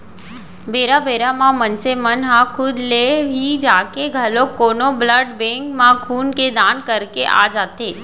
बेरा बेरा म मनसे मन ह खुद ले ही जाके घलोक कोनो ब्लड बेंक म खून के दान करके आ जाथे